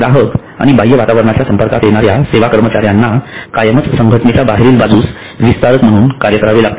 ग्राहक आणि बाह्य वातावरणाच्या संपर्कात येणाऱ्या सेवा कर्मचाऱ्यांना कायमच संघटनेच्या बाहेरील बाजूस विस्तारक म्हणून कार्य करावे लागते